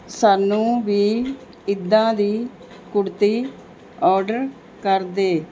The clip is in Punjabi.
ਸਾਨੂੰ ਵੀ ਇੱਦਾਂ ਦੀ ਕੁੜਤੀ ਔਡਰ ਕਰਦੇ